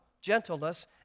gentleness